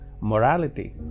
morality